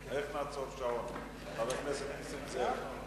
איך נעצור שעון, חבר הכנסת נסים זאב?